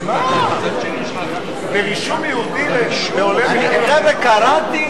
אדוני היושב-ראש, רבותי חברי הכנסת,